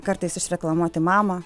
kartais išreklamuoti mamą